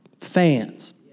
fans